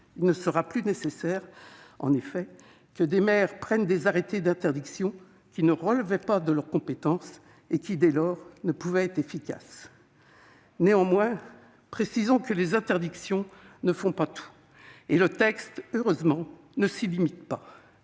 Il ne sera ainsi plus nécessaire que des maires prennent des arrêtés d'interdiction qui ne relevaient pas de leur compétence et qui, dès lors, ne pouvaient être efficaces. Néanmoins, précisons que les interdictions ne font pas tout. Le texte, heureusement, ne s'y limite pas.